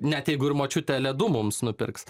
net jeigu ir močiutė ledų mums nupirks